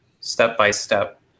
step-by-step